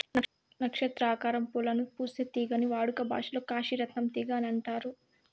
నక్షత్ర ఆకారం పూలను పూసే తీగని వాడుక భాషలో కాశీ రత్నం తీగ అని అంటారు